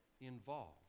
involved